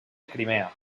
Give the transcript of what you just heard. crimea